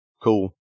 cool